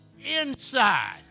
inside